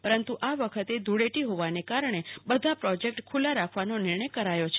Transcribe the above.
પરંતુ આ વખતે ધૂળેટી હોવાના કારણે બધા પ્રોજેક્ટ ખૂલ્લા રાખવાનો નિર્ણય કર્યો છે